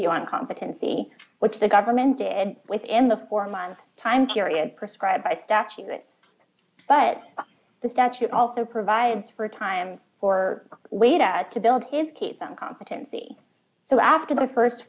be on competency which the government did within the four month time period prescribed by statute it but the statute also provides for time for weta to build his case on competency so after the